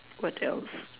what else